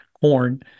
corn